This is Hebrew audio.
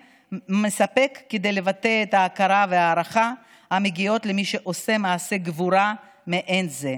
מספק כדי לבטא את ההכרה וההערכה המגיעות למי שעושה מעשה גבורה מעין זה.